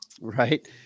Right